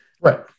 Right